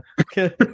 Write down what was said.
Okay